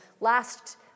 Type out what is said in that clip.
last